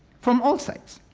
from all sides.